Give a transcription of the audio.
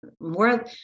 more